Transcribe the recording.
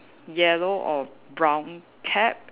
yellow or brown cap